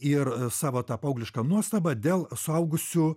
ir savo ta paaugliška nuostaba dėl suaugusių